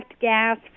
gas